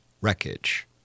wreckage